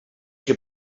que